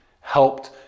helped